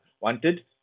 wanted